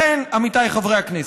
לכן, עמיתיי חברי הכנסת,